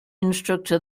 instructor